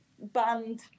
band